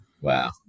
Wow